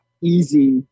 easy